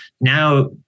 Now